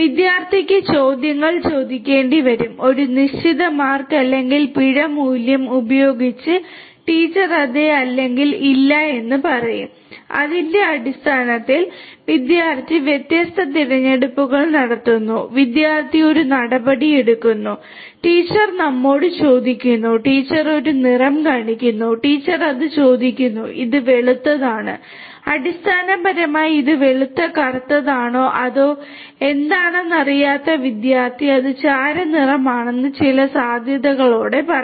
വിദ്യാർത്ഥിക്ക് ചോദ്യങ്ങൾ ചോദിക്കേണ്ടിവരും ഒരു നിശ്ചിത മാർക്ക് അല്ലെങ്കിൽ പിഴ മൂല്യം ഉപയോഗിച്ച് ടീച്ചർ അതെ അല്ലെങ്കിൽ ഇല്ല എന്ന് പറയും അതിന്റെ അടിസ്ഥാനത്തിൽ വിദ്യാർത്ഥി വ്യത്യസ്ത തിരഞ്ഞെടുപ്പുകൾ നടത്തുന്നു വിദ്യാർത്ഥി ഒരു നടപടി എടുക്കുന്നു ടീച്ചർ നമ്മോട് ചോദിക്കുന്നു ടീച്ചർ ഒരു നിറം കാണിക്കുന്നു ടീച്ചർ അത് ചോദിക്കുന്നു ഇത് വെളുത്തതാണ് അടിസ്ഥാനപരമായി ഇത് വെളുത്ത കറുത്തതാണോ അതോ എന്താണെന്നറിയാത്ത വിദ്യാർത്ഥി അത് ചാരനിറമാണെന്ന് ചില സാധ്യതകളോടെ പറയും